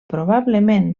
probablement